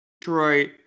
Detroit